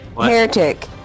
Heretic